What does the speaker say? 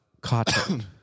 cotton